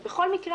ובכל מקרה,